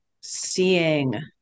seeing